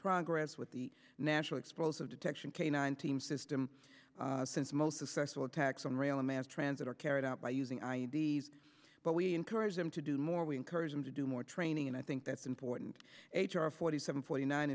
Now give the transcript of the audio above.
progress with the national explosive detection canine teams system since most successful attacks on rail mass transit are carried out by using i d s but we encourage them to do more we encourage them to do more training and i think that's important h r forty seven forty nine